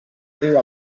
riu